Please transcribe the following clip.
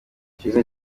icyiza